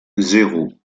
zéro